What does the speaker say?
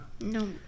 No